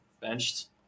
benched